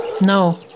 No